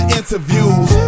interviews